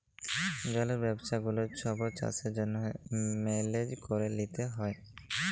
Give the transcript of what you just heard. জলের ব্যবস্থা গুলা ছব চাষের জ্যনহে মেলেজ ক্যরে লিতে হ্যয়